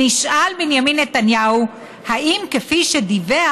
נשאל בנימין נתניהו אם כפי שדיווח,